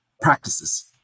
practices